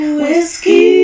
whiskey